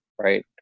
right